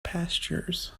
pastures